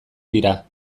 dira